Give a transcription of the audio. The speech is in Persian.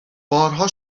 بارها